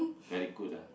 very good ah